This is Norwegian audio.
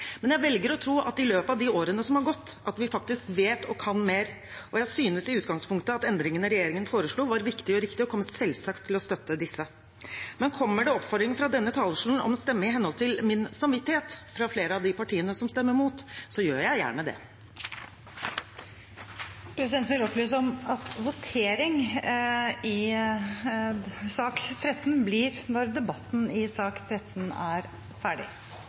Men jeg velger å tro at vi i løpet av de årene som har gått, faktisk vet og kan mer, og jeg synes i utgangspunktet at endringene regjeringen foreslo, var viktige og riktige, og kommer selvsagt til å støtte disse. Men kommer det oppfordringer fra denne talerstolen om å stemme i henhold til min samvittighet fra flere av de partiene som stemmer mot, gjør jeg gjerne det. Presidenten vil opplyse om at votering i sak nr. 13 blir når debatten i sak nr. 13 er ferdig.